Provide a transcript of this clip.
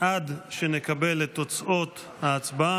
עד שנקבל את תוצאות ההצבעה.